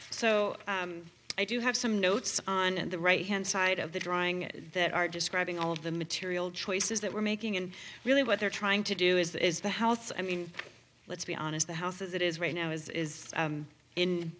so i do have some notes on the right hand side of the drawing that are describing all of the material choices that we're making and really what they're trying to do is that the house i mean let's be honest the house as it is right now is i